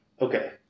Okay